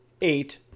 eight